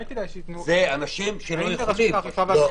אני מאמין שאחרי תקופת השישה חודשים